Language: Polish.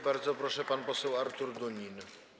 Bardzo proszę, pan poseł Artur Dunin.